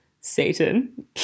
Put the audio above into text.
Satan